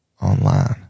online